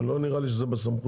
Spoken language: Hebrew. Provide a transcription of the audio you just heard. אבל לא נראה לי שזה בסמכות.